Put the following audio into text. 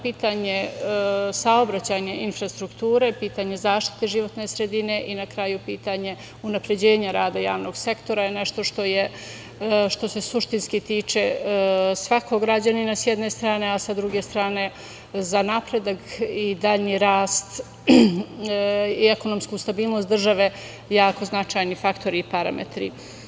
Pitanje saobraćajne infrastrukture, pitanje zaštite životne sredine i na kraju pitanje unapređenja javnog sektora je nešto što se suštinski tiče svakog građanina sa jedne strane, a sa druge strane za napredak i dalji rast i ekonomsku stabilnost države jako značajni faktori i parametri.